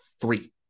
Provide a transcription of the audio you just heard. three